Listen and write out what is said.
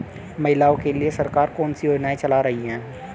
महिलाओं के लिए सरकार कौन सी योजनाएं चला रही है?